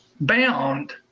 bound